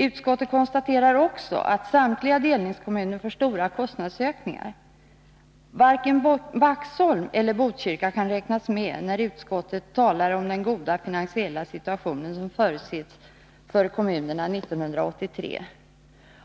Utskottet konstaterar också att samtliga delningskommuner får stora kostnadsökningar. Varken Vaxholm eller Botkyrka kan räknas med, när utskottet talar om Nr 174 den goda finansiella situation som förutses för kommunerna 1983. Fredagen den